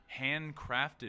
handcrafted